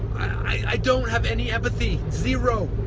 i don't have any empathy, zero,